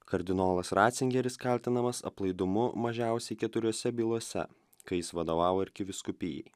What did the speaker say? kardinolas racingeris kaltinamas aplaidumu mažiausiai keturiose bylose kai jis vadovavo arkivyskupijai